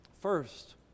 First